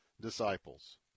disciples